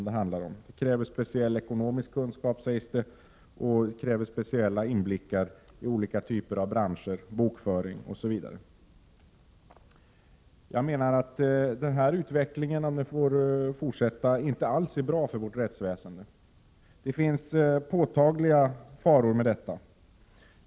Det kräver speciell ekonomisk kunskap, sägs det, och det kräver speciell inblick i olika typer av branscher, bokföring, osv. Jag menar att den utvecklingen om den får fortsätta inte alls är bra för vårt rättsväsende. Det finns påtagliga faror med detta.